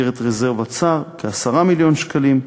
במסגרת רזרבת שר, כ-10 מיליון שקלים.